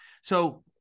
So-